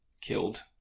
killed